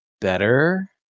better